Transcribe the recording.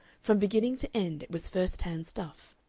from beginning to end it was first-hand stuff.